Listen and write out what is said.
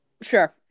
Sure